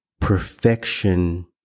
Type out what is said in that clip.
perfection